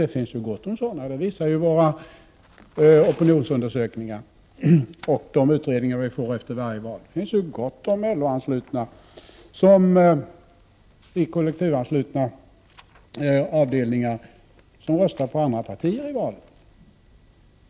Det finns ju gott om LO-medlemmar i kollektivanslutna avdelningar som röstar på andra partier i valen, det visar våra opinionsundersökningar och de utredningar vi får efter varje val.